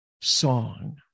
song